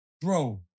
bro